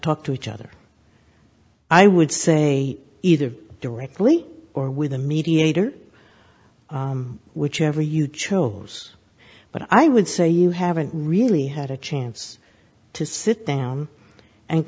talk to each other i would say either directly or with a mediator whichever you chose but i would say you haven't really had a chance to sit down and